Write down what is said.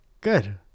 good